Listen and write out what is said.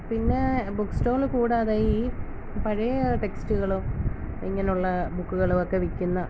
പിന്നെ book stall കൂടാതെ ഈ പഴയ ടെക്സ്റ്റ്കൾ ഇങ്ങനുള്ള ബുക്കുകളൊക്കെ വിൽക്കുന്ന